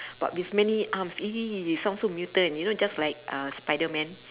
but with many arms !ee! sound so mutant you know just like uh spiderman